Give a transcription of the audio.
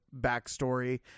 backstory